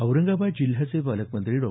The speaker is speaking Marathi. औरंगाबाद जिल्ह्याचे पालकमंत्री डॉ